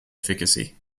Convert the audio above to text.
efficacy